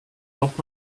lock